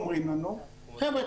אומרים לנו: חבר'ה,